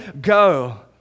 go